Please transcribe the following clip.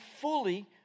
fully